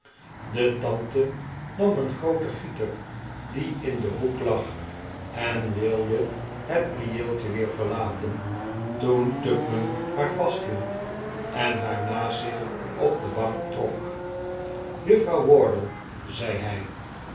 de tante nam een grooten gieter die in een hoek lag en wilde het prieeltje weer verlaten toen tupman haar vasthield en haar naast zich op de bank trok juffrouw wardle zei hij